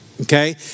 Okay